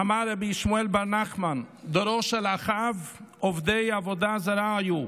אמר רבי שמואל בר נחמן: דורו של אחאב עובדי עבודה זרה היו,